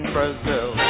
Brazil